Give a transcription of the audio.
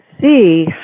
See